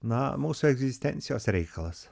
na mūsų egzistencijos reikalas